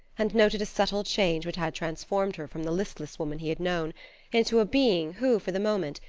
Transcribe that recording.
and noted a subtle change which had transformed her from the listless woman he had known into a being who, for the moment,